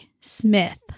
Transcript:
Smith